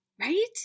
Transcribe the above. right